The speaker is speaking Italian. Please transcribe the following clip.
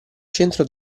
centro